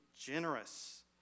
generous